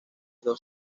dos